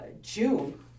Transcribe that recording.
June